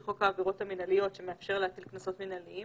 חוק העבירות המנהליות שמאפשר להטיל קנסות מנהליים